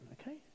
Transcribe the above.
okay